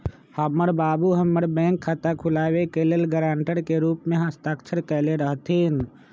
हमर बाबू हमर बैंक खता खुलाबे के लेल गरांटर के रूप में हस्ताक्षर कयले रहथिन